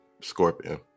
scorpion